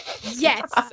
Yes